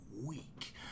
week